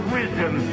wisdom